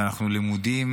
ואנחנו למודים